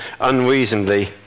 unreasonably